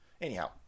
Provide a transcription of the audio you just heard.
Anyhow